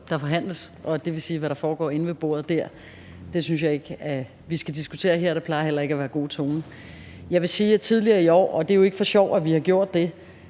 Der forhandles, og det vil sige, at hvad der foregår inde ved bordet dér, synes jeg ikke vi skal diskutere her, og det plejer heller ikke at være god tone. Jeg vil sige, at tidligere i år, og det er jo ikke for sjov, at vi har gjort det,